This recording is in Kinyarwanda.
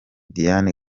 diane